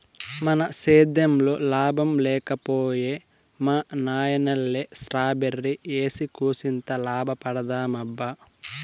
మన సేద్దెంలో లాభం లేక పోయే మా నాయనల్లె స్ట్రాబెర్రీ ఏసి కూసింత లాభపడదామబ్బా